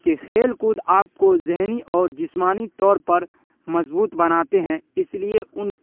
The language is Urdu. کہ کھیل کود آپ کو ذہنی اور جسمانی طور پر مضبوط بناتے ہیں اس لیے ان